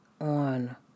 on